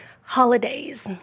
holidays